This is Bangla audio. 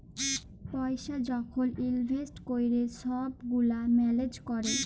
পইসা যখল ইলভেস্ট ক্যরে ছব গুলা ম্যালেজ ক্যরে